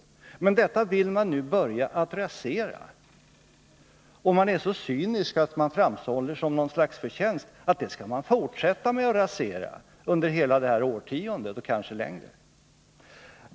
Men detta vill man nu börja att rasera, och man är så cynisk att man framhåller det som något slags förtjänst att man kommer att fortsätta att rasera det under hela det här årtiondet och kanske längre.